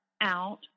out